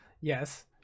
Yes